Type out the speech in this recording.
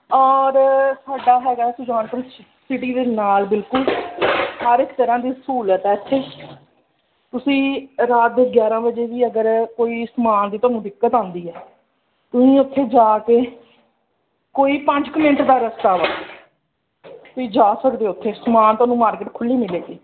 ਔਰ ਸਾਡਾ ਹੈਗਾ ਹੈ ਸਿਟੀ ਦੇ ਨਾਲ ਬਿਲਕੁਲ ਹਰ ਇੱਕ ਤਰ੍ਹਾਂ ਦੀ ਸਹੂਲਤ ਹੈ ਇੱਥੇ ਤੁਸੀਂ ਰਾਤ ਦੇ ਗਿਆਰ੍ਹਾਂ ਵਜੇ ਵੀ ਅਗਰ ਕੋਈ ਸਾਮਾਨ ਦੀ ਤੁਹਾਨੂੰ ਦਿੱਕਤ ਆਉਂਦੀ ਹੈ ਤੁਸੀਂ ਉੱਥੇ ਜਾ ਕੇ ਕੋਈ ਪੰਜ ਕੁ ਮਿੰਟ ਦਾ ਰਸਤਾ ਹੈ ਤੁਸੀਂ ਜਾ ਸਕਦੇ ਉੱਥੇ ਸਾਮਾਨ ਤੁਹਾਨੂੰ ਮਾਰਕਿਟ ਖੁੱਲ੍ਹੀ ਮਿਲੇਗੀ